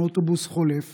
כאשר נפגעה מאוטובוס חולף